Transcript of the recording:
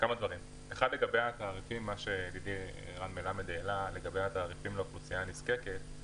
מר מלמד דיבר על התעריפים לאוכלוסייה נזקקת.